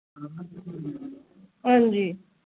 हां जी